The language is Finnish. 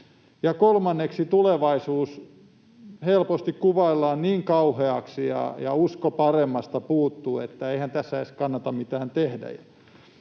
Ja kolmanneksi tulevaisuus helposti kuvaillaan niin kauheaksi ja usko paremmasta puuttuu, että eihän tässä edes kannata mitään tehdä.